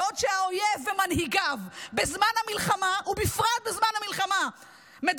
בעוד שבזמן המלחמה ובפרט בזמן המלחמה האויב